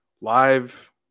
live